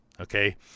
okay